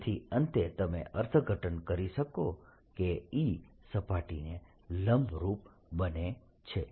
તેથી અંતે તમે અર્થઘટન કરી શકો કે E સપાટીને લંબરૂપ બને છે